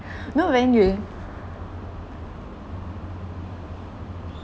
you know when you